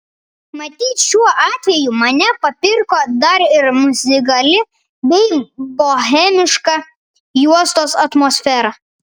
matyt šiuo atveju mane papirko dar ir muzikali bei bohemiška juostos atmosfera